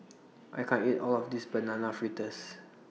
I can't eat All of This Banana Fritters